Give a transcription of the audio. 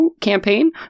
campaign